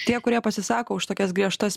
tie kurie pasisako už tokias griežtas